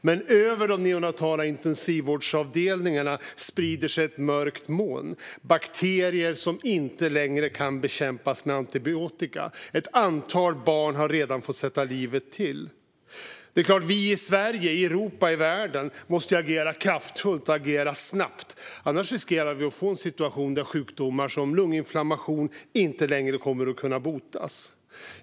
Men över de neonatala intensivvårdsavdelningarna sprider sig ett mörkt moln: bakterier som inte längre kan bekämpas med antibiotika. Ett antal barn har redan fått sätta livet till. Vi måste i Sverige, Europa och världen agera kraftfullt och snabbt. Annars riskerar vi att få en situation där sjukdomar som lunginflammation inte längre kommer att kunna botas.